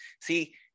see –